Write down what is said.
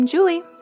Julie